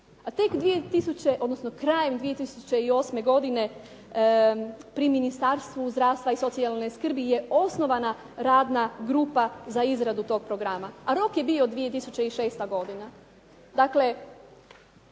A tek krajem 2008. godine pri Ministarstvu zdravstva i socijalne skrbi je osnovana radna grupa za izradu tog programa, a rok je bio 2006. godina.